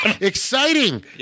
Exciting